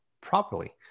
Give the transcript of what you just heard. properly